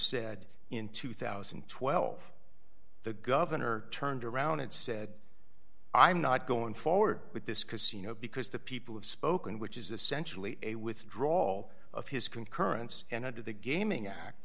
said in two thousand and twelve the governor turned around and said i'm not going forward with this casino because the people have spoken which is essentially a withdraw all of his concurrence and under the gaming act